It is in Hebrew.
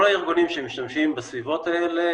כל הארגונים שמשתמשים בסביבות האלה,